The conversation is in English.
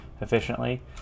efficiently